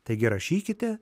taigi rašykite